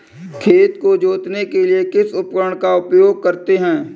खेत को जोतने के लिए किस उपकरण का उपयोग करते हैं?